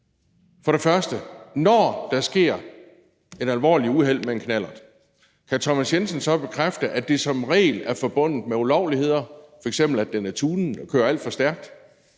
For det første: Når der sker et alvorligt uheld med en knallert, kan hr. Thomas Jensen så bekræfte, at det som regel er forbundet med ulovligheder, f.eks. at den er tunet og kører alt for stærkt,